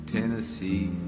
Tennessee